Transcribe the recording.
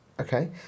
Okay